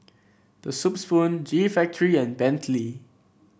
The Soup Spoon G Factory and Bentley